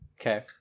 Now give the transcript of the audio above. Okay